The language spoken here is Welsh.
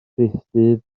rhithdyb